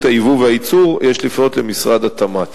היבוא והייצור יש לפנות אל משרד התמ"ת.